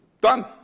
Done